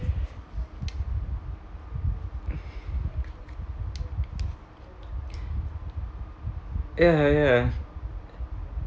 ya ya